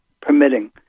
permitting